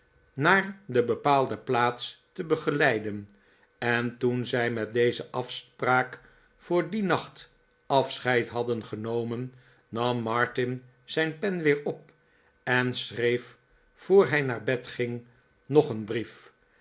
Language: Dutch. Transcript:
naar de bepaalde plaats te begeleiden en toen zij met deze afspraak voor dien nacht afscheid hadden genomen nam martin zijn pen weer op en schreef voor hij naar bed ging nog een brief